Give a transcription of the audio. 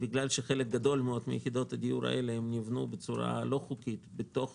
כי חלק גדול מיחידות הדיור שם נבנו בצורה לא חוקית בתוך